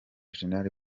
gen